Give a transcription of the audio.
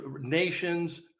nations